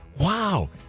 wow